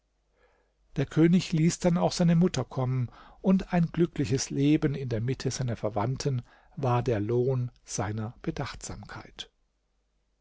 der könig ließ dann auch seine mutter kommen und ein glückliches leben in der mitte seiner verwandten war der lohn seiner